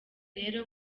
rero